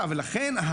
לכן,